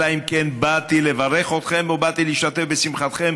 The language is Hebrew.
אלא אם כן באתי לברך אתכם או באתי להשתתף בשמחתכם,